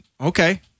Okay